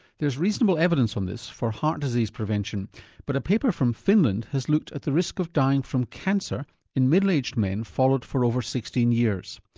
there's reasonable evidence on this for heart disease prevention but a paper from finland has looked at the risk of dying from cancer in middle-aged men followed for over sixteen years.